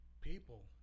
people